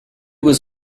was